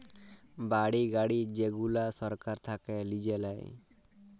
বাড়ি, গাড়ি যেগুলা সরকার থাক্যে লিজে দেয়